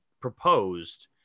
proposed